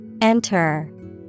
Enter